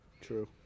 True